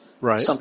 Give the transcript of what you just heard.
right